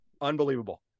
unbelievable